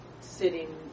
sitting